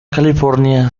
california